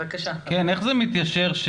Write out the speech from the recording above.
איך זה מתיישב,